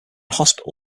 hospital